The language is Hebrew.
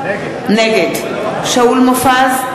נגד שאול מופז,